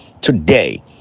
Today